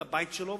את הבית שלו,